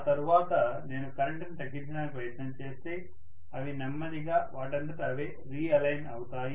ఆ తర్వాత నేను కరెంటుని తగ్గించడానికి ప్రయత్నం చేస్తే అవి నెమ్మదిగా వాటంతట అవే రి అలైన్ అవుతాయి